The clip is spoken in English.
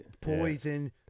poison